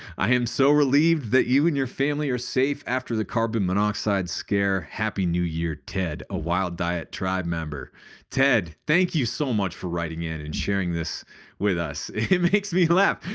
i am so relieved that you and your family are safe after the carbon monoxide scare. happy new year! ted, a wild diet tribe member ted, thank you so much for writing in and sharing this with us. it makes me laugh,